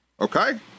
Okay